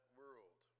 world